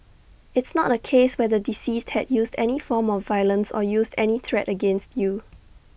it's not A case where the deceased had used any form of violence or used any threat against you